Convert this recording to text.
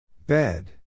Bed